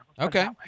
Okay